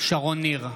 שרון ניר,